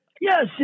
yes